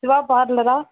Siva பார்லரா